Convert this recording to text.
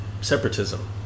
separatism